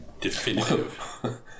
definitive